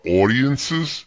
audiences